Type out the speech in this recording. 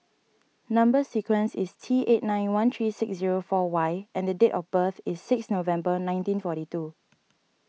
Number Sequence is T eight nine one three six zero four Y and the date of birth is six November nineteen forty two